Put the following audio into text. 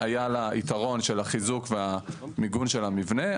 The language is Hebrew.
היה לה יתרון של החיזוק והמיגון של המבנה,